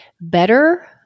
better